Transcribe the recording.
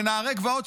ונערי גבעות,